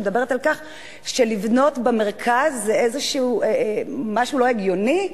שמדברת על כך שלבנות במרכז זה איזה משהו לא הגיוני,